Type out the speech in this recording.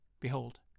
Behold